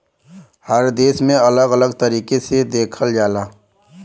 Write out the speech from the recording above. हर देश में अलग अलग तरीके से देखल जाला